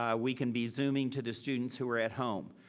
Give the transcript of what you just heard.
ah we can be zooming to the students who are at home.